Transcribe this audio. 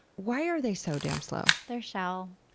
why are they so damn slow? their shell.